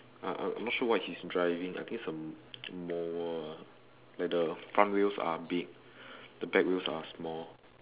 I I am not sure what he's driving I think its a mower ah like the front wheels are big the back wheels are small